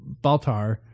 Baltar